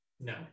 no